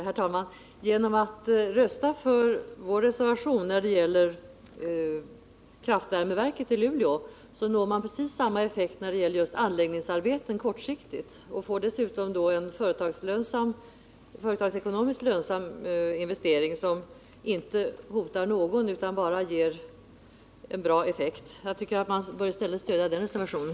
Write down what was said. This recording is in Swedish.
Herr talman! Genom att rösta för vår reservation när det gäller kraftvärmeverket i Luleå når man precis samma effekt kortsiktigt när det gäller anläggningsarbeten. Dessutom är det en företagsekonomiskt lönsam investering som inte hotar någon utan bara ger goda effekter. Jag tycker att man i stället bör stödja den reservationen.